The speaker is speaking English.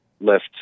left